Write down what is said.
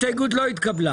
הצבעה ההסתייגות לא נתקבלה